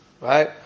Right